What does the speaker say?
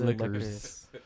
Liquors